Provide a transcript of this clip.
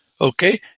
Okay